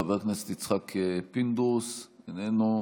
חבר הכנסת יצחק פינדרוס, איננו.